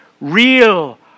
Real